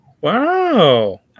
Wow